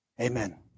Amen